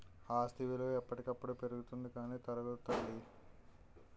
ఆస్తి విలువ ఎప్పటికప్పుడు పెరుగుతుంది కానీ తరగదు తల్లీ